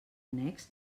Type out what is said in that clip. annex